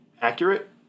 accurate